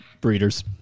Breeders